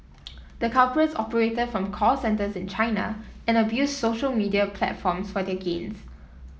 the culprits operated from call centres in China and abused social media platforms for their gains